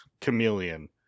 chameleon